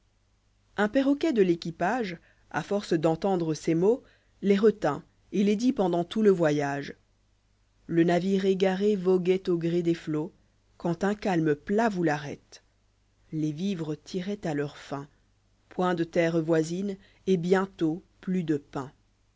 rien unperroquet de l'équipage a force d'entendre ces mots les retint et les dit pendant tout lé voyage le navire égaré voguoit au gré des flots quand un calme plat vous l'arrête les vivres tiraient à leur fin point de terre voisine et bientôt plus de pain